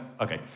okay